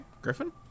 Griffin